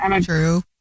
True